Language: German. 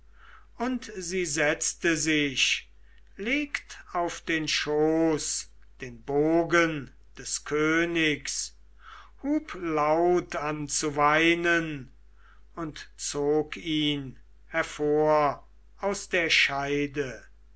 und sie setzte sich legt auf den schoß den bogen des königs hub laut an zu weinen und zog ihn hervor aus der scheide